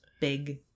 big